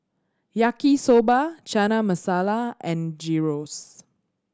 Yaki Soba Chana Masala and Gyros